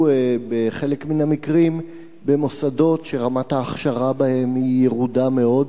יציג לנו את הצעת החוק בהנמקה מהמקום חבר הכנסת אריה אלדד.